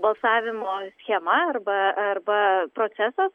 balsavimo schema arba arba procesas